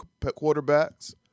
quarterbacks